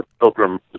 pilgrim